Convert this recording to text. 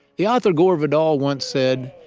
the author gore vidal once said,